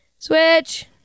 Switch